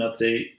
update